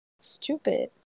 Stupid